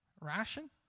ration